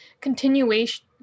continuation